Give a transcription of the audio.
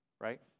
right